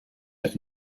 der